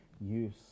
use